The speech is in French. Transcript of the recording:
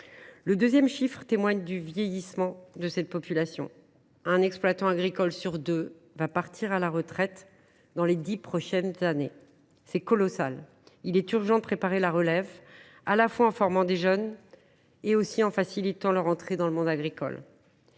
Le deuxième chiffre témoigne du vieillissement de cette population. Près d’un exploitant agricole sur deux partira à la retraite dans les dix prochaines années. Voilà qui est colossal. Il est donc urgent de préparer la relève, à la fois en formant des jeunes et en facilitant leur entrée dans le monde agricole.